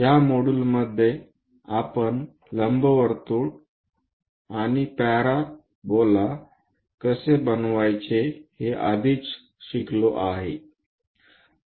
या मॉड्यूलमध्ये आपण लंबवर्तुळ आणि पॅराबोला कसे बनवायचे हे आधीच शिकलो आहे